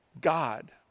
God